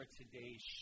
today's